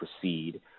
proceed